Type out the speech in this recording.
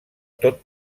tot